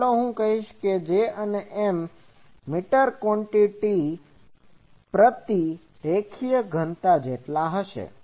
તો ચાલો હું કહીશ કે J અને M મીટર ક્વાન્ટીટી પ્રતિ રેખીય ઘનતા હશે